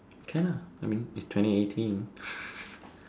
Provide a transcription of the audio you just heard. can ah I mean is twenty eighteen